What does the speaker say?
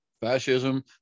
fascism